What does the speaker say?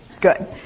good